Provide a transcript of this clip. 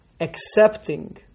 accepting